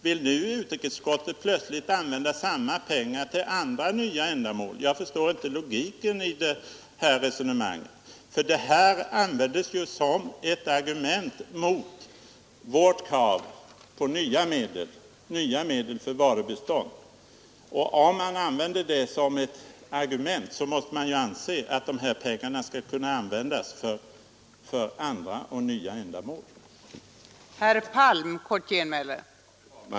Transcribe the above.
Vill utrikesutskottet nu plötsligt använda samma pengar till andra och nya ändamål? Jag förstår inte logiken i det resonemanget. Palm använder ju reservationerna som ett argument mot vårt krav på nya medel för varubistånd. När man använder ett sådant argument måste man väl anse att samma pengar skall kunna användas för andra och nya ändamål.